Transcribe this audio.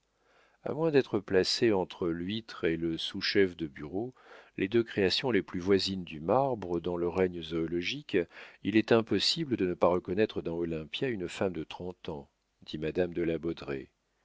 a moins d'être placé entre l'huître et le sous-chef du bureau les deux créations les plus voisines du marbre dans le règne zoologique il est impossible de ne pas reconnaître dans olympia une femme de trente ans dit madame de la